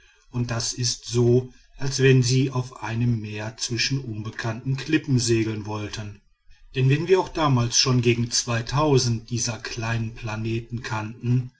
und das ist so als wenn sie auf dem meer zwischen unbekannten klippen segeln wollten denn wenn wir auch damals schon gegen zwei dieser kleinen planeten kannten